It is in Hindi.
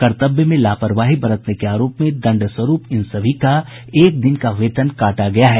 कर्तव्य में लापरवाही बरतने के आरोप में दंड स्वरुप इन सभी का एक दिन का वेतन काटा गया है